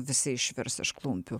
visi išvirs iš klumpių